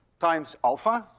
times alpha,